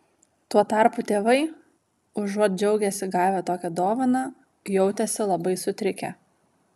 tuo tarpu tėvai užuot džiaugęsi gavę tokią dovaną jautėsi labai sutrikę